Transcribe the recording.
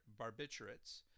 barbiturates